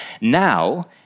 Now